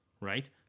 right